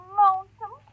lonesome